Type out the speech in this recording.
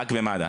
רק במד"א.